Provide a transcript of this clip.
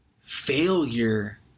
Failure